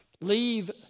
leave